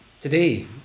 today